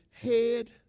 head